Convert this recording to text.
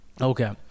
Okay